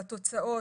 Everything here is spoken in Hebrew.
בתוצאות,